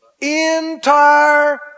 entire